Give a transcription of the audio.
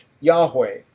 Yahweh